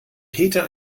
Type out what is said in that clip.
peter